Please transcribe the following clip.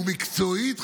הוא חשוב מקצועית,